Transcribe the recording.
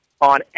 on